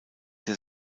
der